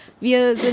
wir